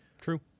True